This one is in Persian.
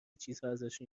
چیزهاازشون